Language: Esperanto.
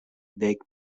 dek